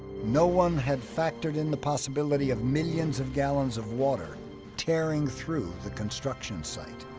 no one had factored in the possibility of millions of gallons of water tearing through the construction site.